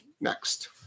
next